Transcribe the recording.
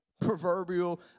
proverbial